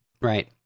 Right